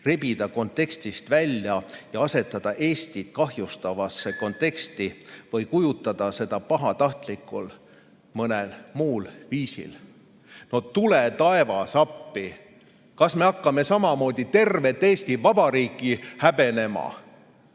rebida kontekstist välja ja asetada Eestit kahjustavasse konteksti või kujutada seda pahatahtlikult mõnel muul viisil. No tule taevas appi! Kas me hakkame samamoodi tervet Eesti Vabariiki häbenema?!